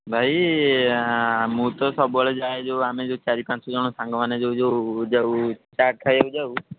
ଭାଇ ମୁଁ ତ ସବୁବେଳେ ଯାଏଁ ଯେଉଁ ଆମେ ଯେଉଁ ଚାରି ପାଞ୍ଚଜଣ ସାଙ୍ଗମାନେ ଯେଉଁ ଯେଉଁ ଯାଉ ଚାଟ୍ ଖାଇବାକୁ ଯାଉ